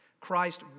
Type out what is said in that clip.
Christ